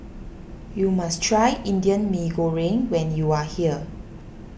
you must try Indian Mee Goreng when you are here